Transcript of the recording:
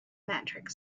metric